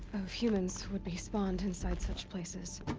of humans would be spawned inside such places.